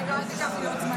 רגע, עוד אל תיקח לי זמן.